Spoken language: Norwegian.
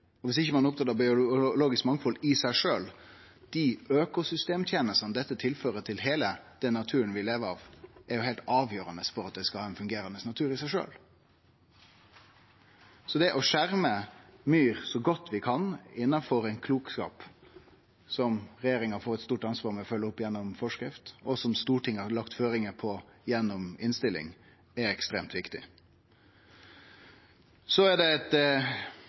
Og viss ein ikkje er opptatt av biologisk mangfald i seg sjølv: Dei økosystemtenestene dette tilfører heile den naturen vi lever av, er heilt avgjerande for å ha ein fungerande natur. Det å skjerme myr så godt vi kan, og innanfor ein klokskap som regjeringa får eit stort ansvar for å følgje opp gjennom forskrift, og som Stortinget har lagt føringar for gjennom innstilling, er ekstremt viktig. Det er ein ting som eg synest gjer at vi snublar litt i avslutninga her. Det